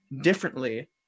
differently